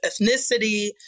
ethnicity